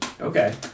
Okay